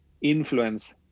influence